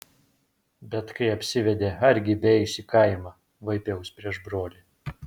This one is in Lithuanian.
bet kai apsivedė argi beeis į kaimą vaipiaus prieš brolį